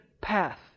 path